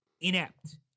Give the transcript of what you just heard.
inept